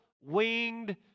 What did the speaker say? winged